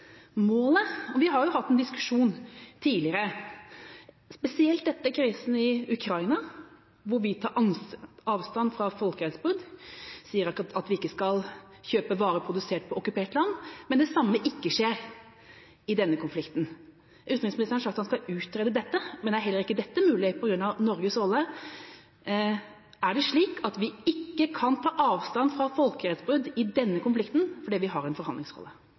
målet. Vi har jo hatt en diskusjon tidligere, spesielt etter krisen i Ukraina, hvor vi tar avstand fra folkerettsbrudd og sier at vi ikke skal kjøpe varer produsert på okkupert land, men det samme skjer ikke i denne konflikten. Utenriksministeren sa at han skal utrede dette, men er heller ikke dette mulig på grunn av Norges rolle? Er det slik at vi ikke kan ta avstand fra folkerettsbrudd i denne konflikten fordi vi har en forhandlingsrolle?